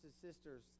sisters